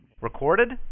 Recorded